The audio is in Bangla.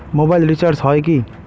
মোবাইল রিচার্জ হয় কি?